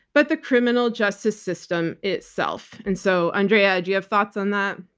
but the criminal justice system itself. and so, andrea, do you have thoughts on that?